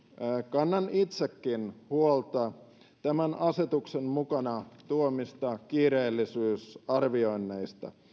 kannan itsekin huolta tämän asetuksen mukanaan tuomista kiireellisyysarvioinneista